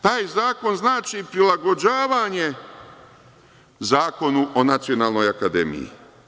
Taj zakon znači prilagođavanje zakonu o nacionalnoj akademiji.